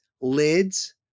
lids